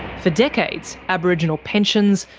for decades, aboriginal pensions,